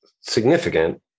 significant